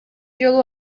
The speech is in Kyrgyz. жолу